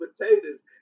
potatoes